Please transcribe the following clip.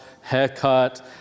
haircut